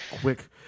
Quick